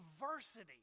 diversity